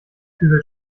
kübelt